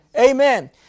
Amen